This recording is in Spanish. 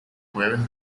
jueves